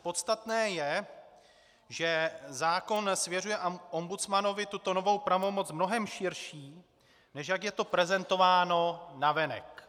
Podstatné je, že zákon svěřuje ombudsmanovi tuto novou pravomoc mnohem širší, než jak je to prezentováno navenek.